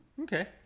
okay